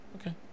Okay